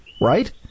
right